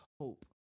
hope